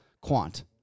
Quant